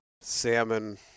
salmon